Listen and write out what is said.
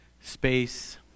space